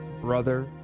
brother